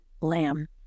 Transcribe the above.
lamb